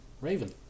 Raven